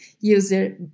user